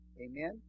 amen